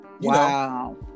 wow